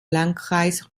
landkreis